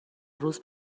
روز